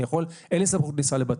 אין לי סמכות לנסוע לבתים.